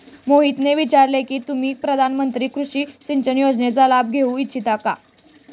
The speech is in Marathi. मोहितने विचारले की तुम्ही प्रधानमंत्री कृषि सिंचन योजनेचा लाभ घेऊ इच्छिता का?